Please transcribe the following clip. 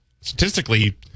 statistically